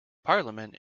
parliament